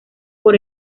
por